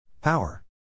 Power